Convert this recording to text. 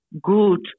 good